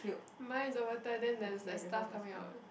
mine is over turn then there is like stuff coming out